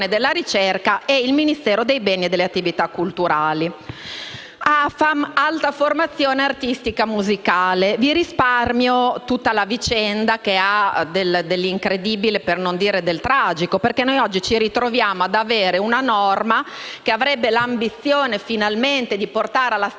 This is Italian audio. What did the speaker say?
e il Ministero dei beni e delle attività culturali. Per quanto riguarda l'AFAM, l'Alta formazione artistica e musicale, vi risparmio tutta la vicenda che ha dell'incredibile, per non dire del tragico, perché oggi ci ritroviamo ad avere una norma che avrebbe l'ambizione di portare finalmente alla statizzazione degli